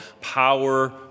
power